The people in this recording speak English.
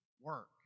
work